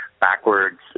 backwards